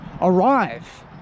arrive